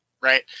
right